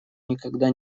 никогда